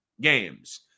games